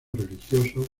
religiosos